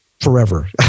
forever